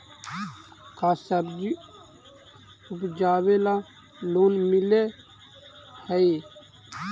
का सब्जी उपजाबेला लोन मिलै हई?